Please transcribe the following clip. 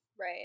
right